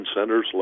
centers